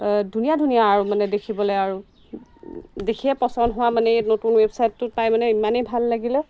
ধুনীয়া ধুনীয়া আৰু মানে দেখিবলৈ আৰু দেখিয়ে পচন্দ হোৱা মানে এই নতুন ৱেবচাইটটোত পাই মানে ইমানেই ভাল লাগিলে